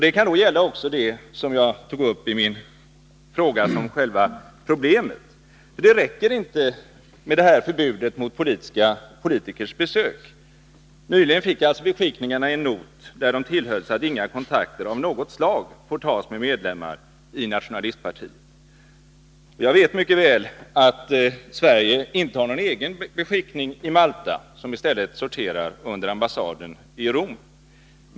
Det kan också gälla det som jag tog upp som själva problemet i min fråga. Det räcker inte med detta förbud mot politikers besök. Nyligen fick beskickningarna en not, där de tillhölls att ”inga kontakter av något slag får tas med medlemmar i nationalistpartiet”. Jag vet mycket väl att Sverige inte har någon egen beskickning i Malta, som i stället sorterar under ambassaden i Rom.